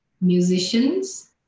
musicians